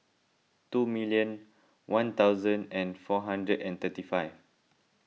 two million one thousand and four hundred and thirty five